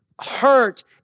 hurt